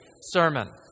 sermon